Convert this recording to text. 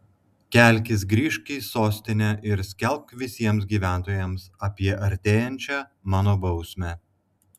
kelkis grįžk į sostinę ir skelbk visiems gyventojams apie artėjančią mano bausmę